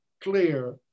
clear